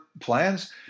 plans